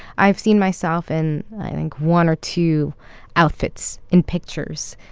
i've seen myself in i think one or two outfits in pictures,